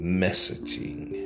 messaging